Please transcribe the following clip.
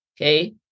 Okay